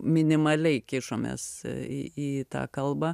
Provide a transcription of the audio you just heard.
minimaliai kišomės į į tą kalbą